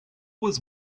was